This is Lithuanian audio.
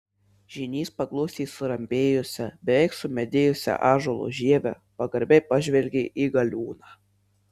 žynys paglostė surambėjusią beveik sumedėjusią ąžuolo žievę pagarbiai pažvelgė į galiūną